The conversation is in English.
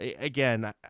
again